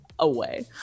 away